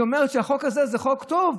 היא אומרת שהחוק הזה הוא חוק טוב.